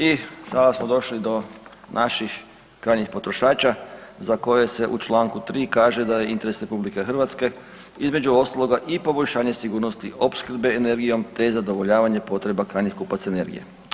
I sada smo došli do naših krajnjih potrošača za koje se u Članku 3. kaže da je interes RH između ostaloga i poboljšanje sigurnosti opskrbe energijom te zadovoljavanje potreba krajnjih kupaca energije.